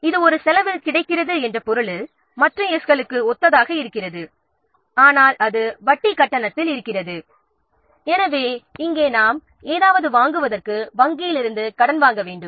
எனவே இது ஒரு செலவில் கிடைக்கிறது என்ற பொருளில் மற்ற ' s' களுக்கு ஒத்ததாக இருக்கிறது ஆனால் அது வட்டி கட்டணத்தில் இருக்கிறது எனவே இங்கே நாம் ஏதாவது வாங்குவதற்கு வங்கியில் இருந்து கடன் வாங்க வேண்டும்